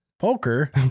Poker